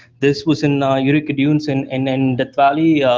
this was in utica dunes and and in death valley.